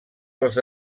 als